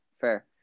fair